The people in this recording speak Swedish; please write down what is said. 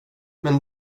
men